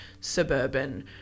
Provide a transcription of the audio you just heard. suburban